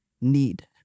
need